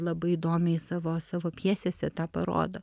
labai įdomiai savo savo pjesėse tą parodo